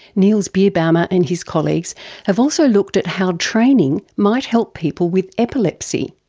niels birbaumer and his colleagues have also looked at how training might help people with epilepsy,